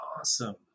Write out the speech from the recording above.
Awesome